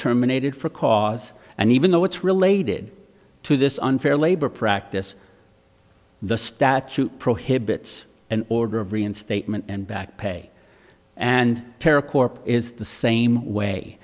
terminated for cause and even though it's related to this unfair labor practice the statute prohibits an order of reinstatement and back pay and terre corp is the same way